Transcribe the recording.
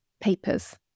papers